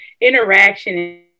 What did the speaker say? interaction